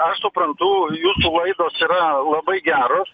aš suprantu jūsų laidos yra labai geros